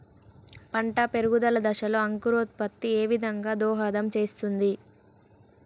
పంట పెరుగుదల దశలో అంకురోత్ఫత్తి ఏ విధంగా దోహదం చేస్తుంది?